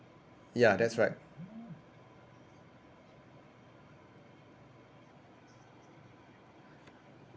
ya that's right